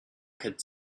could